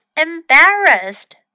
embarrassed